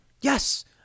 Yes